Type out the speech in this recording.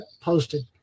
posted